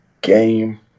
game